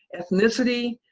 ethnicity,